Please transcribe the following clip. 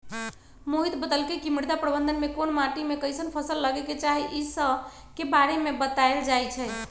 मोहित बतलकई कि मृदा प्रबंधन में कोन माटी में कईसन फसल लगे के चाहि ई स के बारे में बतलाएल जाई छई